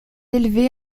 élevé